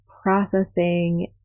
processing